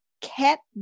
kept